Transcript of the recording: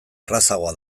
errazagoa